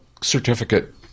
certificate